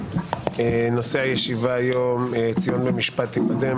נושא הישיבה הוא ציון במשפט תפדה.